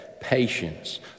patience